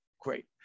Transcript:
Great